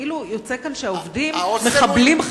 ויוצא כאן כאילו העובדים מחבלים,